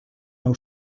nou